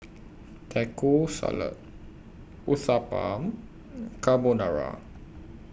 Taco Salad Uthapam Carbonara